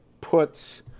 puts